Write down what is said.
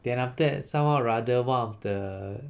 then after that somehow or rather one of the